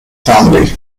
family